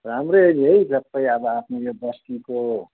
राम्रै नि है जस्तै अब आफ्नो यो बस्तीको